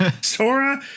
Sora